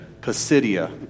Pisidia